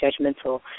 judgmental